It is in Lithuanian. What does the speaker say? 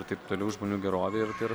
ir taip toliau žmonių gerovei ir tai yra